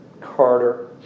Carter